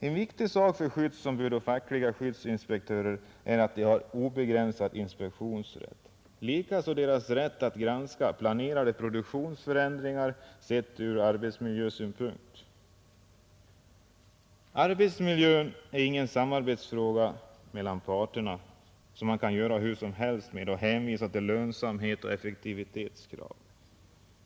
En viktig sak för skyddsombud och fackliga skyddsinspektörer är att de har obegränsad inspektionsrätt, liksom deras rätt att granska planerade produktionsförändringar, sedda ur arbetsmiljösynpunkt. Arbetsmiljön är ingen samarbetsfråga mellan parterna som man kan göra hur som helst med och hänvisa till lönsamhet och effektivitetskrav.